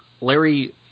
Larry